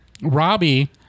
Robbie